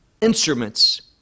instruments